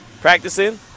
practicing